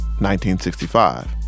1965